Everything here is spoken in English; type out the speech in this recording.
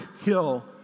hill